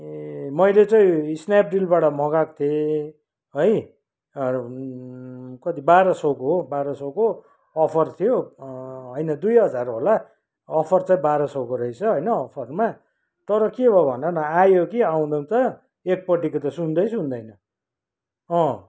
ए मैले चाहिँ स्नेपडिलबाट मगाएको थिएँ है कति बाह्र सौको हो बाह्र सौको अफर थियो होइन दुई हजार होला अफर चाहिँ बाह्र सौको रहेछ अफरमा तर के भयो भन न आयो कि आउन त एकपट्टिको त सुन्दै सुन्दैन अँ